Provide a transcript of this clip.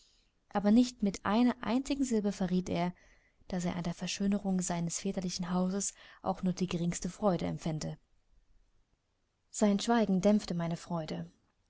aber nicht mit einer einzigen silbe verriet er daß er an der verschönerung seines väterlichen hauses auch nur die geringste freude empfände sein schweigen dämpfte meine freude